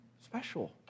special